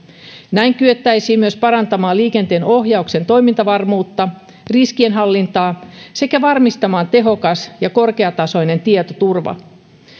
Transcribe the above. näin kyettäisiin myös parantamaan liikenteenohjauksen toimintavarmuutta riskienhallintaa sekä varmistamaan tehokas ja korkeatasoinen tietoturva